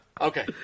Okay